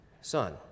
son